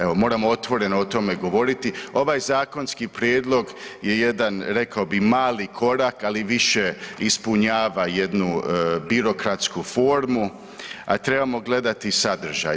Evo, moramo otvoreno o tome govoriti, ovaj zakonski prijedlog je jedan, rekao bih, mali korak, ali više ispunjava jednu birokratsku formu, a trebamo gledati sadržaj.